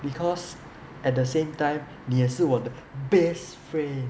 because at the same time 你也是我的 best friend